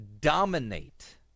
dominate